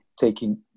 taking